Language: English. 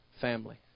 family